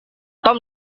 tom